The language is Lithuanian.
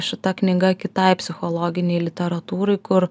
šita knyga kitai psichologinei literatūrai kur